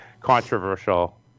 controversial